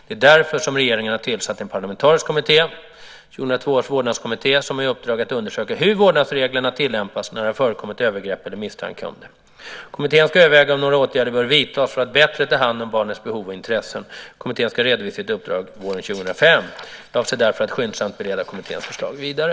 Det är därför som regeringen har tillsatt en parlamentarisk kommitté - 2002 års vårdnadskommitté - som har i uppdrag att undersöka hur vårdnadsreglerna tillämpas när det har förekommit övergrepp eller misstanke om det. Kommittén ska överväga om några åtgärder bör vidtas för att bättre ta hand om barnets behov och intressen. Kommittén ska redovisa sitt uppdrag våren 2005. Jag avser därefter att skyndsamt bereda kommitténs förslag vidare.